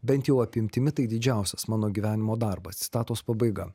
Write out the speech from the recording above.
bent jau apimtimi tai didžiausias mano gyvenimo darbas citatos pabaiga